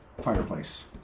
Fireplace